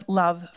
love